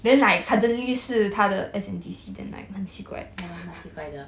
ya 蛮奇怪的